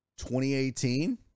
2018